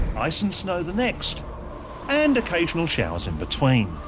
ice and snow the next and occasional showers in between.